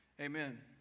Amen